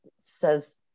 says